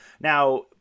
Now